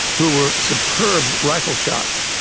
who were superb rifle shots.